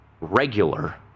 regular